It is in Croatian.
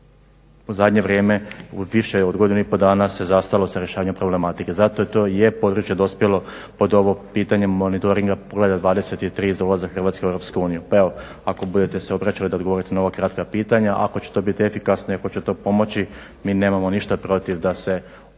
u zadnje vrijeme u više od godinu i po dana se zastalo sa rješavanjem problematike. Zato to i je područje dospjelo pod ovo pitanje monitoringa poglavlja 23. za uzlazak Hrvatske u EU. Pa evo ako budete se obraćali da odgovorite na ova kratka pitanja, ako će to biti efikasno i ako će to pomoći mi nemamo ništa protiv da se osnuje